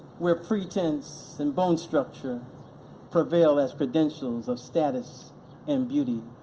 where pretense and bone structure prevail as credentials of status and beauty.